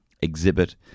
exhibit